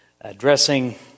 addressing